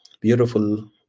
beautiful